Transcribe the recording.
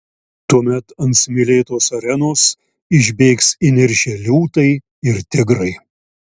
tuomet ant smėlėtos arenos išbėgs įniršę liūtai ir tigrai